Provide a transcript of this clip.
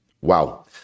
Wow